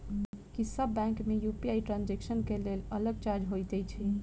की सब बैंक मे UPI transaction केँ लेल अलग चार्ज होइत अछि?